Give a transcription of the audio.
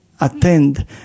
attend